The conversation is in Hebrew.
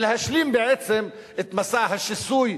ולהשלים בעצם את מסע השיסוי,